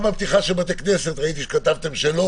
גם על פתיחה של בתי כנסת ראיתי שכתבתם שלא